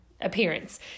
appearance